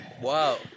Wow